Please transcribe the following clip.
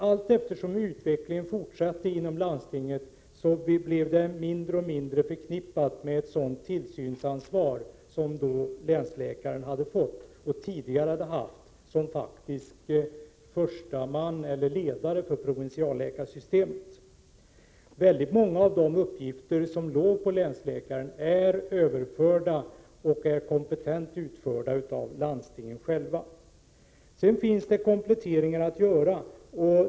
Allteftersom utvecklingen fortsatte inom landstinget blev den mindre och mindre förknippad med ett sådant tillsynsansvar som länsläkaren då hade fått och tidigare haft som ledare för provinsialläkarsystemet. Många av de uppgifter som låg på länsläkaren har överförts och utförs kompetent av landstingen själva. Kompletteringar behöver göras.